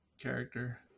character